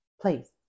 place